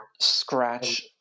scratch